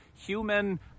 human